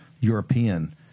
European